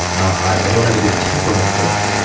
i don't have a good temperament for that.